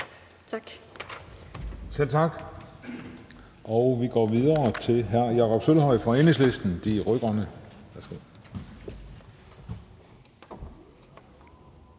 Selv tak. Vi går videre til hr. Jakob Sølvhøj fra Enhedslisten – De Rød-Grønne.